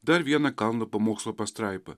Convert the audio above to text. dar viena kalno pamokslo pastraipa